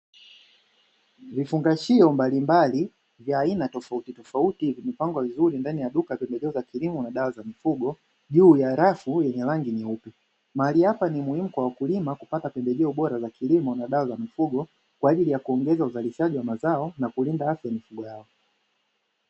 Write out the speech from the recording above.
Vifungashio mbalimbali vya aina tofautitofauti vimepangwa vizuri ndani ya duka la pembejeo za kilimo na dawa za mifugo, juu ya rafu yenye rangi nyeupe. Mahali hapa ni muhimu kwa wakulima kupata pembejeo bora za kilimo na dawa za mifugo kwa ajili ya kuongeza uzalishaji wa mazao na kulinda afya mifugo yao.